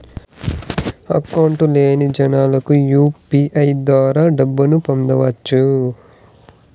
Account లేని జనాలకు UPI ద్వారా డబ్బును పంపొచ్చా?